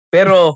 Pero